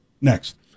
Next